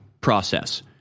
process